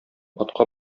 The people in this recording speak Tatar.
атка